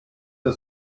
der